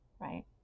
right